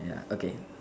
ya okay